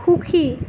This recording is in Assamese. সুখী